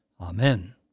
Amen